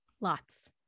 Lots